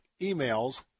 emails